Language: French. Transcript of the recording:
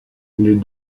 les